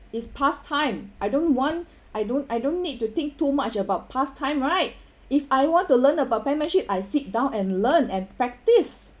it's pastime I don't want I don't I don't need to think too much about pastime right if I want to learn about penmanship I sit down and learn and practise